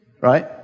right